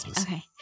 okay